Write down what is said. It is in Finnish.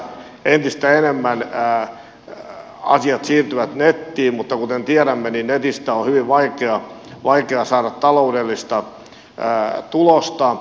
entistä enemmän asiat siirtyvät nettiin mutta kuten tiedämme netistä on hyvin vaikea saada taloudellista tulosta